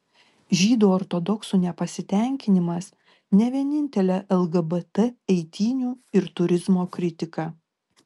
žydų ortodoksų nepasitenkinimas ne vienintelė lgbt eitynių ir turizmo kritika